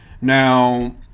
Now